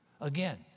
Again